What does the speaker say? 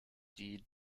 die